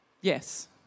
Yes